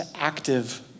active